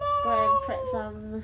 no